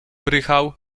prychał